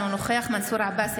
אינו נוכח מנסור עבאס,